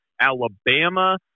Alabama